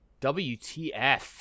WTF